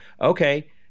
okay